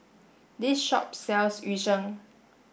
this shop sells Yu Sheng